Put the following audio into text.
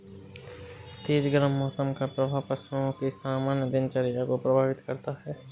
तेज गर्म मौसम का प्रभाव पशुओं की सामान्य दिनचर्या को प्रभावित करता है